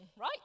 right